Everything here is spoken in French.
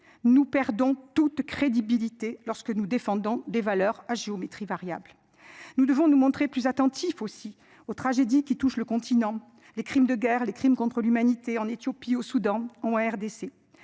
Nous perdons toute crédibilité lorsque nous défendons des valeurs à géométrie variable. Nous devons nous montrer plus attentifs aussi aux tragédie qui touche le continent les crimes de guerre, les crimes contre l'humanité en Éthiopie au Soudan en RDC